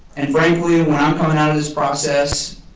and frankly, when i'm coming out of this process,